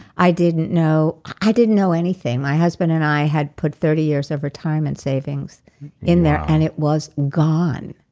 i didn't know. i didn't know anything. my husband and i had put thirty years of retirement savings in there, and it was gone.